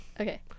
Okay